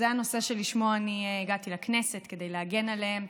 זה הנושא שלשמו הגעתי לכנסת, כדי להגן עליהם.